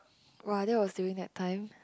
!wow! that was during that time